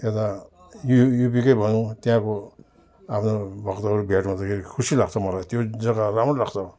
यता यु युपिकै भनौँ त्यहाँको आफ्नो भक्तहरू भेट हुँदाखेरि खुसी लाग्छ मलाई त्यो जगा राम्रो लाग्छ